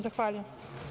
Zahvaljujem.